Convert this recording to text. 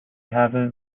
haven’t